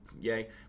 Yay